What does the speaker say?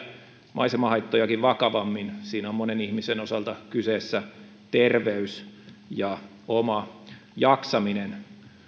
maisemahaittojakin vakavammin siinä on monen ihmisen osalta kyseessä terveys ja oma jaksaminen